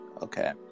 Okay